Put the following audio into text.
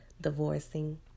divorcing